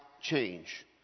change